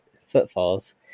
footfalls